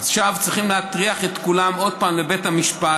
עכשיו צריכים להטריח את כולם עוד פעם לבית המשפט.